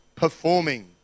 performing